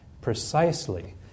precisely